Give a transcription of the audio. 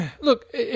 Look